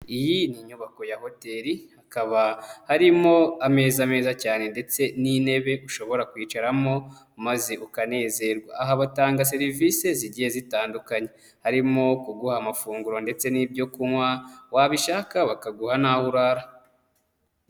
Iyi ni inyubako ya hoteli hakaba harimo ameza meza cyane ndetse n'intebe ushobora kwiyicaramo maze ukanezerwa. Aha batanga serivisi zigiye zitandukanye harimo kuguha amafunguro ndetse n'ibyo kunywa wabishaka bakaguha n'aho urara.